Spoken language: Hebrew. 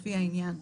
לפי העניין,